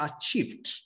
achieved